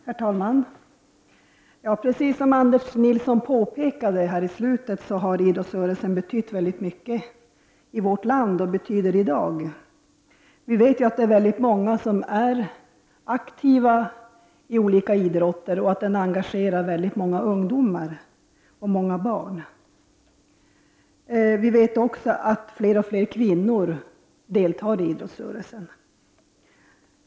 Herr talman! Precis som Anders Nilsson påpekade har idrottsrörelsen betytt och betyder väldigt mycket i vårt land. Vi vet att det är många som är aktiva i olika idrotter och att idrotten engagerar många ungdomar och barn. Vi vet också att fler och fler kvinnor deltar i idrottsrörelsen.